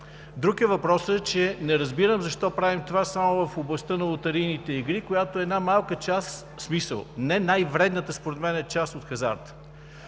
Друг е въпросът, че не разбирам защо правим това само в областта на лотарийните игри, която е една малка част – според мен не най-вредната част, от хазарта,